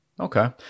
Okay